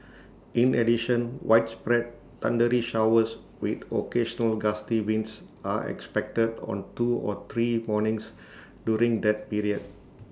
in addition widespread thundery showers with occasional gusty winds are expected on two or three mornings during that period